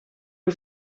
you